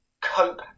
cope